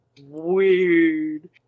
weird